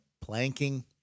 planking